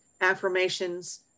Affirmations